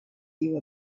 you